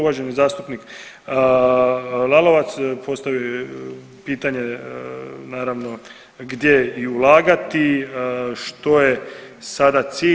Uvaženi zastupnik Lalovac postavio je pitanje naravno gdje i ulagati, što je sada cilj.